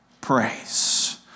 Praise